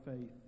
faith